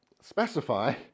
specify